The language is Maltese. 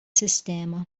sistema